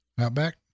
Outback